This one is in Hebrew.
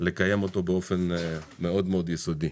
לקיים אותו באופן מאוד יסודי.